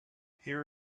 here